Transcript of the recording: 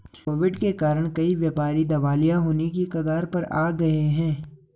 Covid के कारण कई व्यापारी दिवालिया होने की कगार पर आ गए हैं